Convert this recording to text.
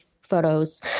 photos